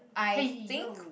hey yo